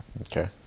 Okay